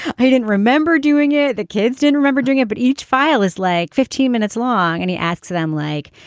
he didn't remember doing it. the kids didn't remember doing it. but each file is like fifteen minutes long. and he asks them, like,